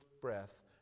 breath